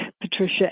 Patricia